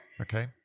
Okay